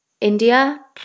India